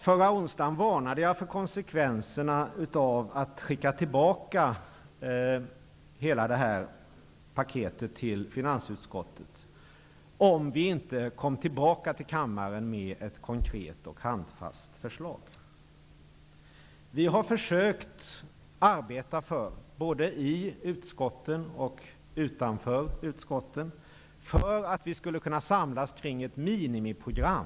Förra onsdagen varnade jag för konsekvenserna av att skicka tillbaka hela paketet till finansutskottet, om vi inte kommer tillbaka till kammaren med ett konkret och handfast förslag. Vi har både i och utanför utskotten försökt arbeta för samling kring ett minimiprogram.